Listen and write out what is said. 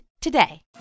today